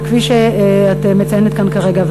כפי שאת מציינת כאן כרגע,